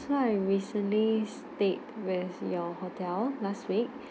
so I recently stayed with your hotel last week